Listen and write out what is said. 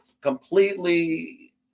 completely